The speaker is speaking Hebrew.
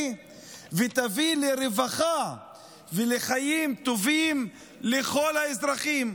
ולהביא לרווחה ולחיים טובים לכל האזרחים,